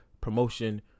promotion